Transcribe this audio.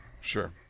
sure